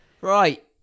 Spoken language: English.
right